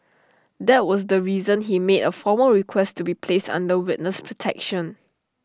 that was the reason he made A formal request to be placed under witness protection